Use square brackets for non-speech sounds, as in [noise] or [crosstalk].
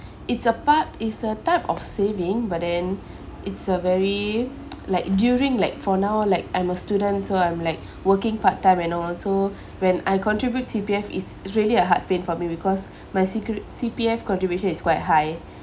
it's a part it's a type of saving but then it's a very [noise] like during like for now like I'm a student so I'm like [breath] working part time and also when I contribute C_P_F it’s it's really a hard bit for me because [breath] my secre~ C_P_F contribution is quite high